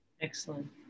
Excellent